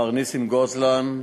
מר נסים גוזלן,